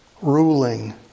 ruling